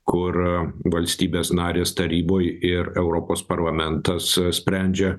kur valstybės narės taryboj ir europos parlamentas sprendžia